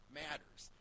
matters